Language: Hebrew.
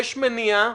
יש מניעה,